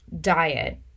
diet